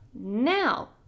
now